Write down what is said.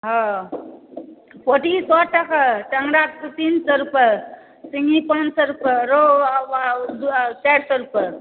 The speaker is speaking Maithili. ओ पोठी सौ टके टंगरा तीन सौ रुपै सिंघी पाँच सौ रुपै रोहु चाइर सौ रुपै